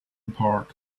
park